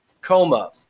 Coma